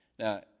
Now